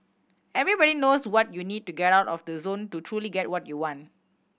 everybody knows what you need to get out of the zone to truly get what you want